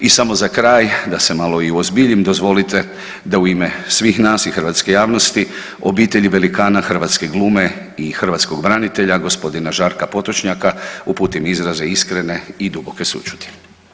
I samo za kraj, da se malo i uozbiljim, dozvolite da u ime svih nas i hrvatske javnosti, obitelji velikana hrvatske glume i hrvatskog branitelja, g. Žarka Potočnjaka, uputim izraze iskrene i duboke sućuti.